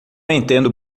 entendo